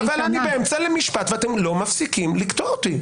אני באמצע משפט, ואתם לא מפסיקים לקטוע אותי.